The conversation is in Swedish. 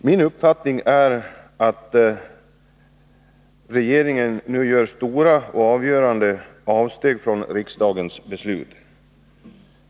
Min uppfattning är att regeringen nu gör stora och avgörande avsteg från riksdagens beslut.